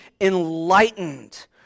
enlightened